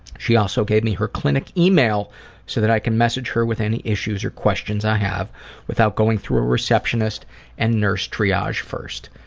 she also gave me her clinic e-mail so that i can message her with any issues or questions i have without going through a receptionist and nurse triage first.